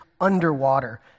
underwater